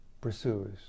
pursues